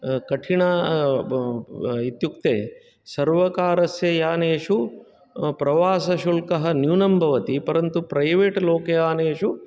कठिन इत्युक्ते सर्वकारस्य यानेषु प्रवासशुल्कः न्यूनं भवति परन्तु प्रैवेट् लोकयानेषु